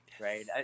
right